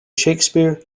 shakespeare